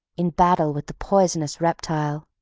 in battle with the poisonous reptile,